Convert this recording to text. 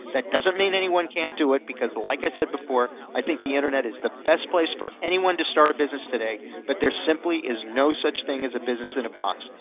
that doesn't mean anyone can't do it, because, like i said before, i think the internet is the best place for anyone to start a business today, but there simply is no such thing as a business in a box.